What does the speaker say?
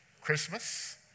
Christmas